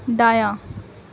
دایاں